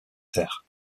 terres